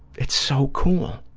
it's so cool.